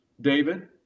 David